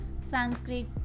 Sanskrit